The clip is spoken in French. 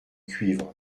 cuivre